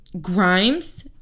Grimes